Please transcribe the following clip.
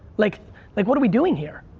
like like what are we doing here?